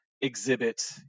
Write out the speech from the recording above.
exhibit